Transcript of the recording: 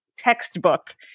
Textbook